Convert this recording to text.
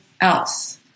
else